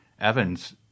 Evans